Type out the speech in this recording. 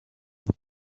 the